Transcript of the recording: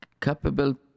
capable